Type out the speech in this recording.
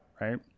right